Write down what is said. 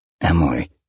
Emily